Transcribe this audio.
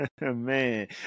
Man